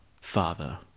Father